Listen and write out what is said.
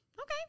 Okay